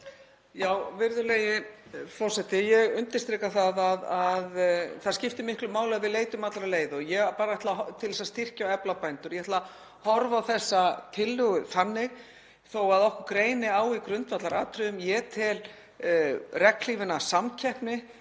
Virðulegi forseti. Ég undirstrika að það skiptir miklu máli að við leitum allra leiða til þess að styrkja og efla bændur. Ég ætla að horfa á þessa tillögu þannig þó að okkur greini á í grundvallaratriðum. Ég tel regnhlífina samkeppni